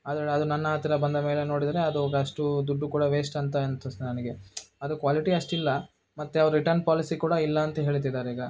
ಅದು ಅದು ನನ್ನ ಹತ್ತಿರ ಬಂದ ಮೇಲೆ ನೋಡಿದರೆ ಅದು ಅಷ್ಟು ದುಡ್ಡು ಕೂಡ ವೇಸ್ಟಂತ ಅನ್ನಿಸ್ತು ನನಗೆ ಅದು ಕ್ವಾಲಿಟಿ ಅಷ್ಟಿಲ್ಲ ಮತ್ತೆ ಅವರು ರಿಟರ್ನ್ ಪಾಲಿಸಿ ಕೂಡ ಇಲ್ಲ ಅಂತ ಹೇಳ್ತಿದ್ದಾರೀಗ